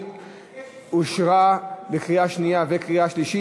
(תיקון מס' 4) אושרה בקריאה שנייה וקריאה שלישית,